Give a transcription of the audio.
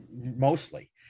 mostly